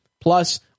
Plus